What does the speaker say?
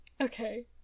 Okay